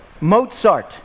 Mozart